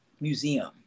Museum